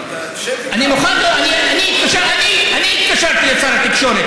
אני התקשרתי לשר התקשורת,